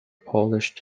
polished